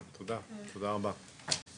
תודה רבה.